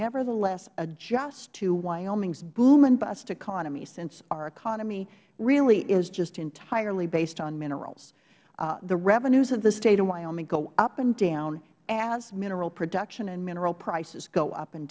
nevertheless adjust to wyoming's boom and bust economy since our economy really is just entirely based on minerals the revenues of the state of wyoming go up and down as mineral production and mineral prices go up and